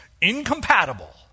incompatible